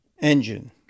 engine